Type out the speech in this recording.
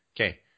Okay